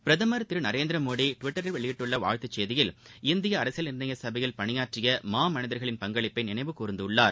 பிரதமர் திரு நரேந்திரமோடி டிவிட்டரில் வெளியிட்டுள்ள வாழ்த்துச் செய்தியில் இந்திய அரசியல் நிர்ணய சபையில் பணியாற்றிய மாமனிதர்களின் பங்களிப்பை நினைவு கூர்ந்துள்ளார்